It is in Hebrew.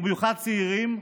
ובמיוחד צעירים,